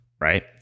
Right